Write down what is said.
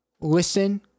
listen